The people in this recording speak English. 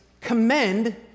commend